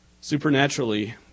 Supernaturally